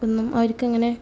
ഒന്നും അവർക്ക് അങ്ങനെ